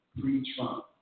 pre-Trump